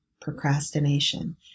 procrastination